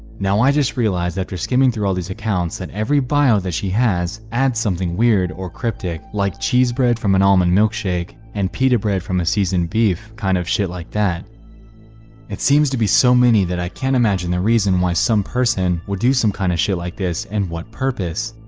now i just realized after skimming through all these accounts and every bio that she has adds something weird or cryptic like cheese bread from an almond um and milkshake and pita bread from a seasoned beef kind of shit like that it seems to be so many that i can't imagine the reason why some person would do some kind of shit like this and what purpose